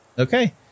okay